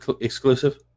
exclusive